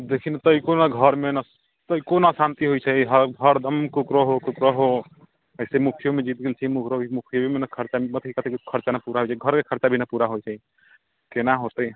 देखिऔ ने तइको नहि घरमे तइको नहि शान्ति होइ छै हर हरदम कुकरहो कुकरहो अइसे मुखियोमे जीत गेल छी मुखियोमे भी नहि खरचा पूरा नहि होइ छै घरके खरचा भी नहि पूरा होइ छै कोना होतै